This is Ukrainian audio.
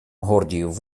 гордіїв